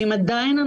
ולכן לא